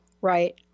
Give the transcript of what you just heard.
right